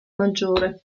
maggiore